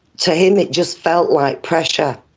to him it just felt like pressure.